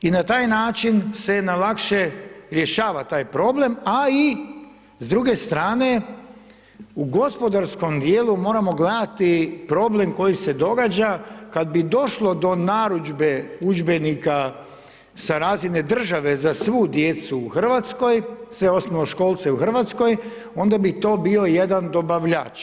I na taj način se na lakše rješava taj problem, a i s druge strane u gospodarskom dijelu, moramo gledati problem koji se događa, kada bi došlo do narudžbe udžbenika sa razine države za svu djecu u Hrvatskoj, sve osnovnoškolce u Hrvatskoj, onda bi to bio jedan dobavljač.